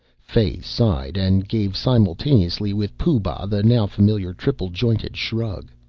fay sighed and gave simultaneously with pooh-bah the now-familiar triple-jointed shrug.